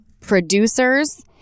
Producers